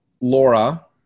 Laura